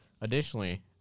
Additionally